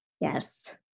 Yes